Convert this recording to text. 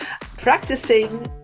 practicing